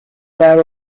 their